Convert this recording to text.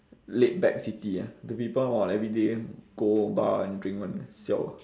laidback city ah the people !wah! every day go bar and drink [one] siao ah